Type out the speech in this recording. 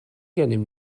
gennym